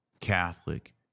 Catholic